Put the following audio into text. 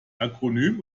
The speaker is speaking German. akronym